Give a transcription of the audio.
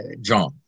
John